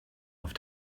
auf